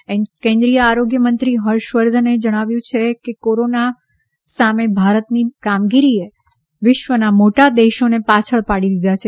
હર્ષવર્ધન કેન્દ્રીય આરોગ્ય મંત્રી ડો કટર ફર્ષવર્ધને કહ્યું છે કે કોરોના સામે ભારતની કામગીરીએ વિશ્વના મોટા દેશોને પાછળ પાડી દીધા છે